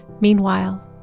Meanwhile